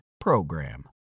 PROGRAM